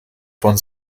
von